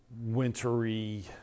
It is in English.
wintry